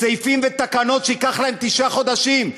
סעיפים ותקנות שייקח להם תשעה חודשים.